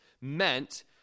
meant